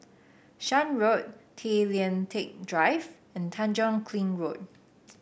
Shan Road Tay Lian Teck Drive and Tanjong Kling Road